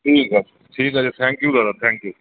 ঠিক আছে ঠিক আছে থ্যাংক ইউ দাদা থ্যাংক ইউ